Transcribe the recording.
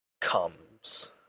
Comes